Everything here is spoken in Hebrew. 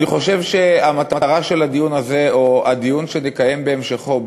אני חושב שמטרת הדיון הזה או הדיון שנקיים בהמשכו,